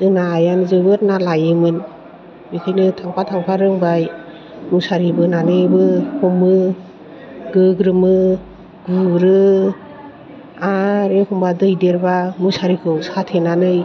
जोंना आइयानो जोबोर ना लाइयोमोन बेखायनो थांफा थांफा रोंबाय मुसारि बोनानैबो हमो गोग्रोमो गुरो आरो एखम्बा दै देरबा मुसारिखौ साथेनानै